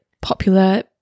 popular